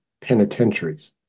penitentiaries